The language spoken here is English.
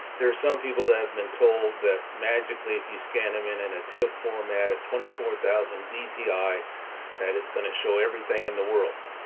there are some people that have been told that, magically, if you scan them in in a tiff format at twenty four thousand dpi that it's going to show everything in the world.